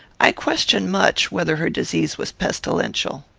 i question much whether her disease was pestilential.